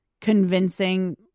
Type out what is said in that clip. convincing